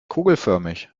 kugelförmig